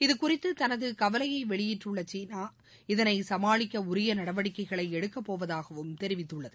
இதுகுறித்து தனது கவலையை வெளியிட்டுள்ள சீனா இதனை சமாளிக்க உரிய நடவடிக்கைகளை எடுக்கப்போவதாகவும் தெரிவித்துள்ளது